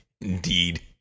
Indeed